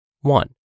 one